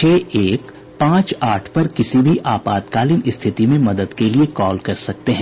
छह एक पांच आठ पर किसी भी आपातकालीन स्थिति में मदद के लिए कॉल कर सकते हैं